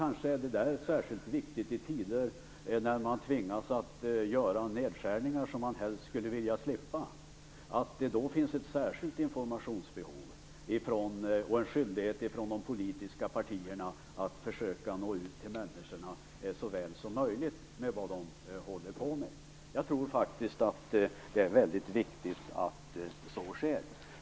Kanske är det särskilt viktigt i tider, då man tvingas göra nedskärningar som man helst skulle vilja slippa, att det finns ett särskilt informationsbehov samt en skyldighet för de politiska partierna att så väl som möjligt försöka nå ut till människorna med information om vad de håller på med. Jag tror faktiskt att det är väldigt viktigt att så sker.